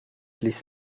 ließ